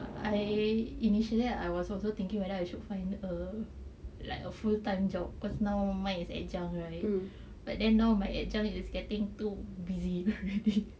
I initially I was also thinking whether I should find a like a full time job cause now mine is adjunct right but then now my adjunct is getting too busy